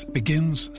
begins